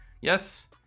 Yes